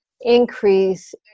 increase